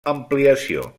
ampliació